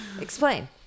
Explain